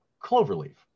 cloverleaf